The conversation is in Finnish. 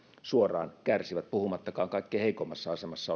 suoraan kärsivät puhumattakaan kaikkein heikoimmassa asemassa